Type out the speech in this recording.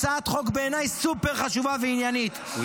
הצעת חוק שבעיניי היא סופר-חשובה ועניינית,